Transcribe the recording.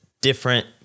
different